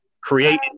create